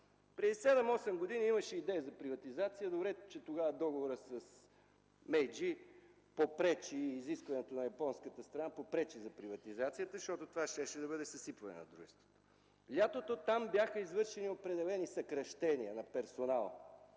Преди 7-8 години имаше идея за приватизация, добре че тогава при договора с „Мейджи” изискването на японската страна попречи за приватизацията, защото това щеше да бъде съсипване на дружеството. Лятото там бяха извършени определени съкращения на персонал,